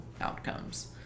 outcomes